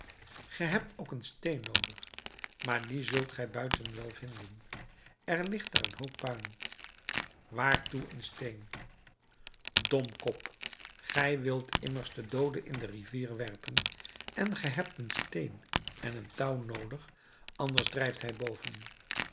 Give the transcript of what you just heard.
ge hebt ook een steen noodig maar dien zult gij buiten wel vinden er ligt daar een hoop puin waartoe een steen domkop gij wilt immers den doode in de rivier werpen en ge hebt een steen en een touw noodig anders drijft hij boven